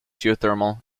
geothermal